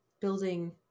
building